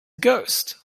ghost